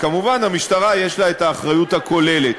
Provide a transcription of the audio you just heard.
וכמובן למשטרה יש האחריות הכוללת.